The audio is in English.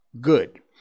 Good